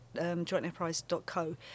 jointenterprise.co